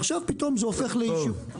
ועכשיו פתאום זה הופך לאישו.